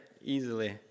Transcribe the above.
easily